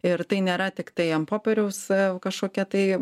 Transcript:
ir tai nėra tiktai ant popieriaus kažkokia tai